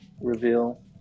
reveal